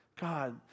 God